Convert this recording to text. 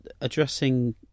addressing